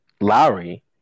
Lowry